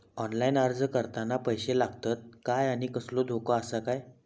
Online अर्ज करताना पैशे लागतत काय आनी कसलो धोको आसा काय?